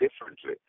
differently